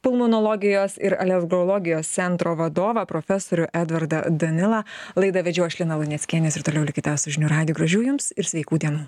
pulmonologijos ir alergologijos centro vadovą profesorių edvardą danilą laidą vedžiau aš lina luneckienės ir toliau likite su žinių radiju gražių jums ir sveikų dienų